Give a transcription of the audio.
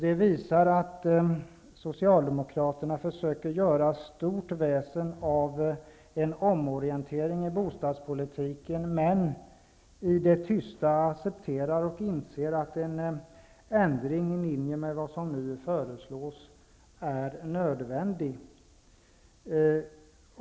Det visar att Socialdemokraterna försöker göra stort väsen av en omorientering i bostadspolitiken, men i det tysta accepterar och inser de att en ändring i linje med vad som nu föreslås är nödvändig.